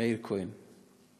מאיר כהן.